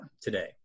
today